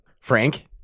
Frank